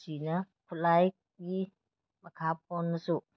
ꯑꯁꯤꯅ ꯈꯨꯠꯂꯥꯏꯒꯤ ꯃꯈꯥ ꯄꯣꯟꯅꯁꯨ